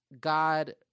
God